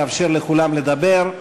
לאפשר לכולם לדבר,